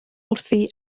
wrthi